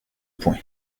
poing